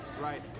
Right